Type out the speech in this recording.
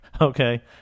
Okay